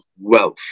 wealth